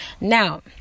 Now